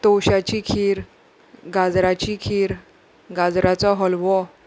तवशाची खीर गाजराची खीर गाजराचो हलवो